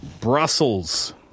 Brussels